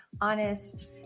honest